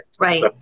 right